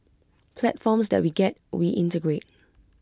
platforms that we get we integrate